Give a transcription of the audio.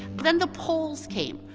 then the poles came,